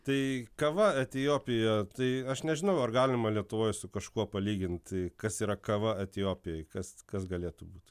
tai kava etiopija tai aš nežinau ar galima lietuvoj su kažkuo palyginti kas yra kava etiopijoj kas kas galėtų būti